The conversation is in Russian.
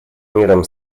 миром